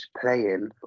playing